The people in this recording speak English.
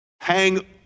hang